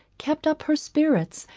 kept up her spirits,